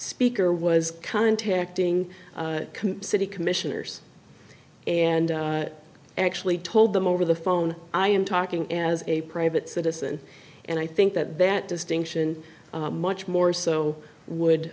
speaker was contacting city commissioners and actually told them over the phone i am talking as a private citizen and i think that that distinction much more so